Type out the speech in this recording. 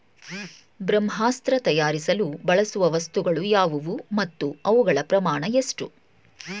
ಬ್ರಹ್ಮಾಸ್ತ್ರ ತಯಾರಿಸಲು ಬಳಸುವ ವಸ್ತುಗಳು ಯಾವುವು ಮತ್ತು ಅವುಗಳ ಪ್ರಮಾಣ ಎಷ್ಟು?